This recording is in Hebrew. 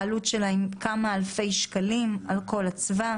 העלות שלה היא כמה אלפי שקלים על כל אצווה